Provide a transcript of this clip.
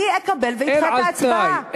אני אקבל ואדחה את ההצבעה.